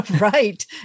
Right